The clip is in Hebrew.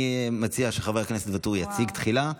אני מציע שחבר הכנסת ואטורי יציג תחילה.